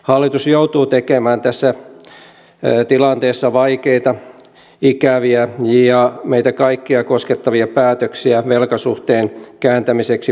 hallitus joutuu tekemään tässä tilanteessa vaikeita ikäviä ja meitä kaikkia koskettavia päätöksiä velkasuhteen kääntämiseksi paremmaksi